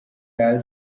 dal